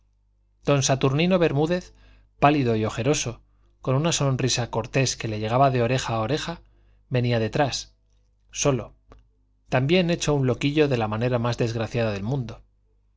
don saturnino bermúdez pálido y ojeroso con una sonrisa cortés que le llegaba de oreja a oreja venía detrás solo también hecho un loquillo de la manera más desgraciada del mundo